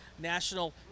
National